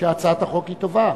שהצעת החוק היא טובה.